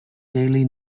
daily